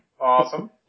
Awesome